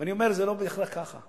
ואני אומר, זה לא בהכרח כך.